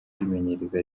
kwimenyereza